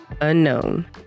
unknown